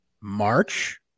March